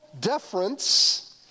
deference